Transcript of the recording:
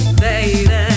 baby